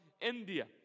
India